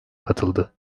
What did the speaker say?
katıldı